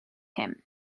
him